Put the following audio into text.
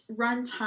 runtime